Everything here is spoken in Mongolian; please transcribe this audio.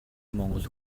монгол